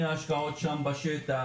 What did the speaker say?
השקעות בשטח,